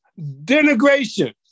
denigration